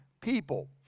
people